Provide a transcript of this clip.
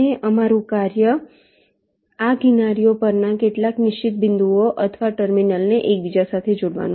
અને અમારું કાર્ય આ કિનારીઓ પરના કેટલાક નિશ્ચિત બિંદુઓ અથવા ટર્મિનલ્સને એકબીજા સાથે જોડવાનું છે